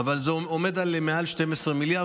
אבל הוא עומד על מעל 12 מיליארד,